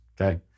okay